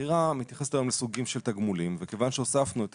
הבחירה מתייחסת היום לסוגים של תגמולים וכיוון שהוספנו את